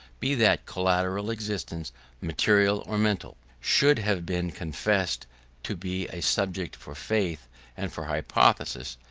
be that collateral existence material or mental, should have been confessed to be a subject for faith and for hypothesis,